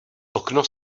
okno